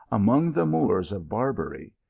among the moors of barbary.